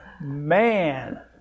man